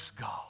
God